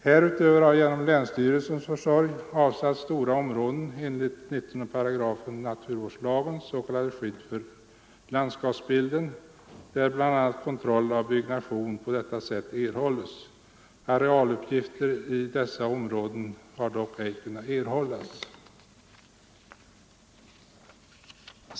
Härutöver har genom Länsstyrelsens försorg avsatts stora områden enligt 19 § naturvårdslagen s.k. skydd för landskapsbilden där bl.a. kontroll av byggnation på detta sätt erhålles. Arealuppgifter på dessa områden har dock ej kunnat erhållas.